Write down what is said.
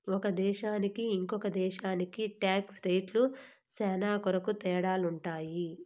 ఒక దేశానికి ఇంకో దేశానికి టాక్స్ రేట్లు శ్యానా కొరకు తేడాలుంటాయి